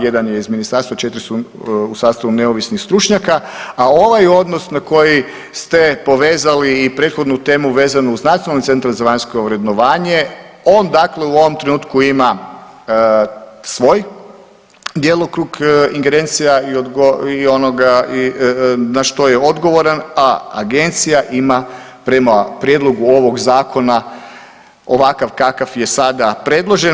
Jedan je iz ministarstva, četiri su u sastavu neovisnih stručnjaka, a ovaj odnos na koji ste povezali i prethodnu temu vezanu uz Nacionalni centar za vanjsko vrednovanje on dakle u ovom trenutku ima svoj djelokrug ingerencija na što je odgovoran, a agencija ima prema prijedlogu ovog zakona ovakav kakav je sada predložen.